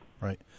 Right